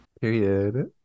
Period